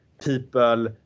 People